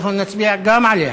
ואנחנו נצביע גם עליה.